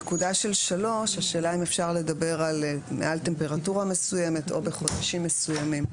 השאלה אם אפשר לדבר על מעל טמפרטורה מסוימת או בחודשים מסוימים.